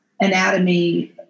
anatomy